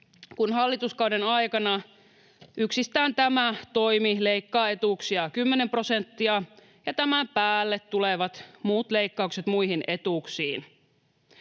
kun hallituskauden aikana yksistään tämä toimi leikkaa etuuksia 10 prosenttia, ja tämän päälle tulevat muut leikkaukset muihin etuuksiin.